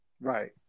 Right